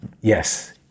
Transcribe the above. Yes